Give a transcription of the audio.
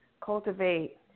cultivate